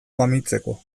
mamitzeko